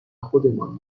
خودمان